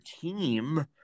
team